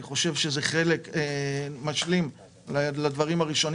אני חושב שזה חלק משלים לדברים הראשונים